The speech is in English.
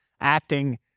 acting